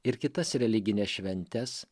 ir kitas religines šventes